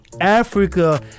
africa